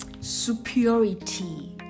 superiority